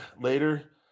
later